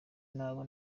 n’abo